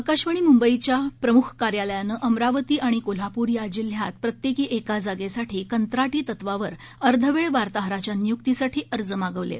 आकाशवाणी मुंबई कार्यालयाच्या वतीनं अमरावती आणि कोल्हापूर या जिल्ह्यात प्रत्येकी एका जागेसाठी कंत्राटी तत्वावर अर्ध वेळ वार्ताहराच्या नियुक्तीसाठी अर्ज मागवले आहेत